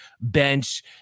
bench